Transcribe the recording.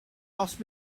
asked